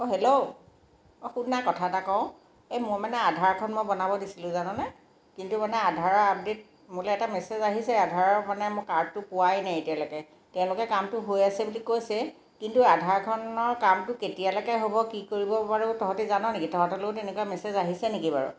অঁ হেল্ল' অঁ শুননা কথা এটা কওঁ এই মই মানে আধাৰখন মই বনাব দিছিলোঁ জাননে কিন্তু মানে আধাৰৰ আপডেট মোলৈ এটা মেছেজ আহিছে আধাৰৰ মানে মোৰ কাৰ্ডটো পোৱাই নাই এতিয়ালৈকে তেওঁলোকে কামটো হৈ আছে বুলি কৈছে কিন্তু আধাৰখনৰ কামটো কেতিয়ালৈকে হ'ব কি কৰিব বাৰু তহঁতি জান নেকি তহঁতলৈও তেনেকুৱা মেছেজ আহিছে নেকি বাৰু